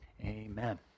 Amen